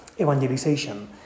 evangelization